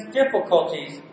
difficulties